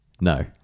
No